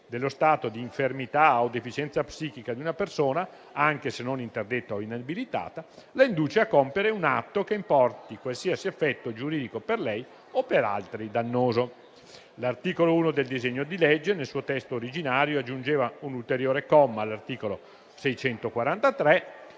dello stato d'infermità o deficienza psichica di una persona, anche se non interdetta o inabilitata, la induce a compiere un atto, che importi qualsiasi effetto giuridico per lei o per altri dannoso». L'articolo 1 del disegno di legge, nel suo testo originario, aggiungeva un ulteriore comma all'articolo 643,